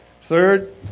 Third